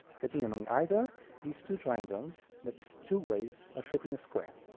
cutting along either leaves two triangles that's two ways of cutting a square.